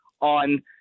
on